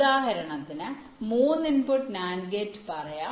ഉദാഹരണത്തിന് മൂന്ന് input NAND gate പറയാം